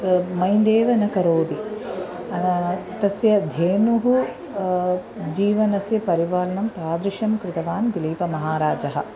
mind एव न करोति तस्य धेनुः जीवनस्य परिपालनं तादृशं कृतवान् दिलीपमहाराजः